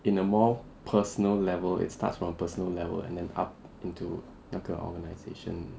in a more personal level it starts from personal level and then up into 那个 organisation